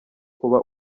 kuba